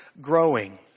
growing